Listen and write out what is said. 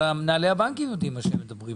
אבל מנהלי הבנקים יודעים על מה הם מדברים.